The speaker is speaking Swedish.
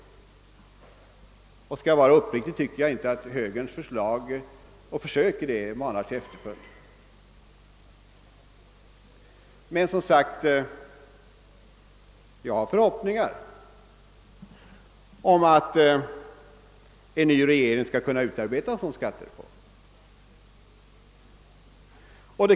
Om jag skall vara uppriktig, kan jag också säga att jag inte tycker att högerns försök i det stycket manar till efterföljd. Men jag hyser som sagt förhoppningar om att en ny regering skall kunna utarbeta en sådan skattereform.